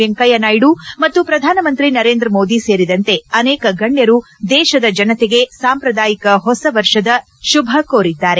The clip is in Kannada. ವೆಂಕಯ್ಕ ನಾಯ್ಡು ಮತ್ತು ಪ್ರಧಾನಮಂತ್ರಿ ನರೇಂದ್ರ ಮೋದಿ ಸೇರಿದಂತೆ ಅನೇಕ ಗಣ್ಯರು ದೇಶದ ಜನತೆಗೆ ಸಾಂಪ್ರದಾಯಿಕ ಹೊಸವರ್ಷದ ಶುಭ ಕೋರಿದ್ದಾರೆ